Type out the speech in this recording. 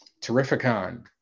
Terrificon